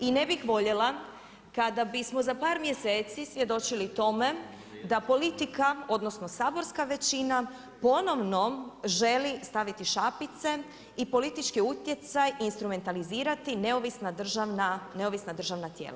I ne bih voljela kada bismo za par mjeseci svjedočili tome da politika, odnosno saborska većina ponovno želi staviti šapice i politički utjecaj instrumentalizirati neovisna državna tijela.